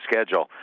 schedule